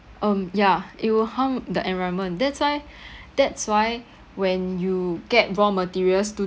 um ya it will harm the environment that's why that's why when you get raw materials to